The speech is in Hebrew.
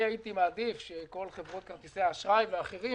הייתי מעדיף שכל חברות כרטיסי האשראי ואחרים